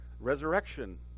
Resurrection